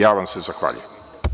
Ja vam se zahvaljujem.